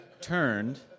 turned